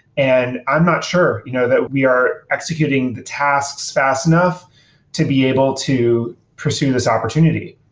and i'm not sure you know that we are executing the tasks fast enough to be able to pursue this opportunity.